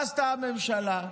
מה עשתה הממשלה?